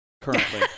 currently